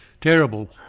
Terrible